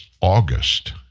August